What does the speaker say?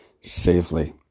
safely